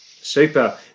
Super